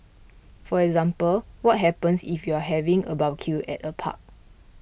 for example what happens if you're having a barbecue at a park